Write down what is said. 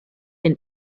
been